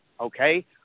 okay